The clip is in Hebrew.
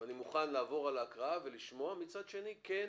אני מוכן לעבור על ההקראה ולשמוע, ומצד שני כן,